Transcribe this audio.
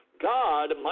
God